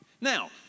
Now